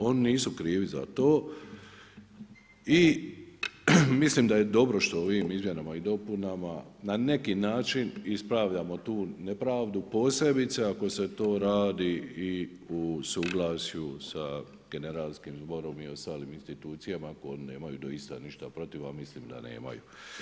Oni nisu krivi za to i mislim da je dobro što ovim izmjenama i dopunama na neki način ispravljamo tu nepravdu posebice ako se to radi i u suglasju sa Generalskim zborom i ostalim institucijama koji nemaju doista ništa protiv, a mislim da nemaju.